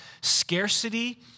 Scarcity